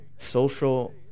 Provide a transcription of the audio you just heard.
Social